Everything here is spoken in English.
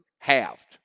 halved